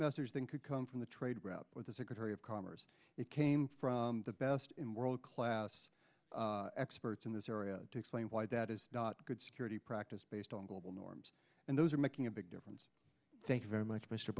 message than could come from the trade route with the secretary of commerce it came from the best in world class experts in this area to explain why that is not good security practice based on global norms and those are making a big difference thank you very much m